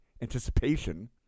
anticipation